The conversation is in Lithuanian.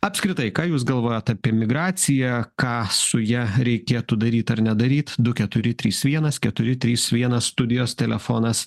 apskritai ką jūs galvojat apie migraciją ką su ja reikėtų daryt ar nedaryt du keturi trys vienas keturi trys vienas studijos telefonas